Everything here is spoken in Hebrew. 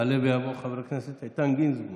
יעלה ויבוא חבר הכנסת איתן גינזבורג,